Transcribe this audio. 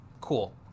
Cool